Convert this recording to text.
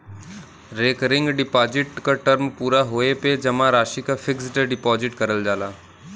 recurring deposit क term पूरा होये पे जमा राशि क फिक्स्ड डिपाजिट करल जाला